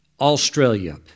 Australia